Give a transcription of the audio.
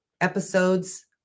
episodes